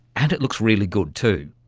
and it looks really good too,